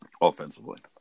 offensively